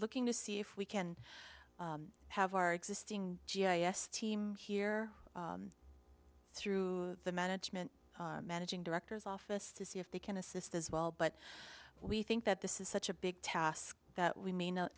looking to see if we can have our existing g i s team through the management managing directors office to see if they can assist as well but we think that this is such a big task that we may not